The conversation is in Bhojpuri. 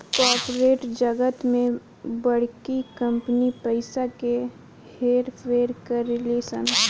कॉर्पोरेट जगत में बड़की कंपनी पइसा के हेर फेर करेली सन